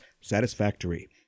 satisfactory